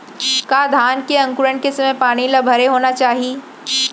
का धान के अंकुरण के समय पानी ल भरे होना चाही?